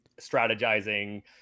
strategizing